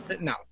no